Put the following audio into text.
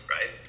right